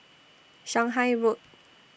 Shanghai Road